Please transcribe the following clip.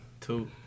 Two